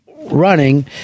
running